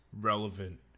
relevant